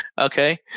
Okay